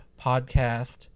podcast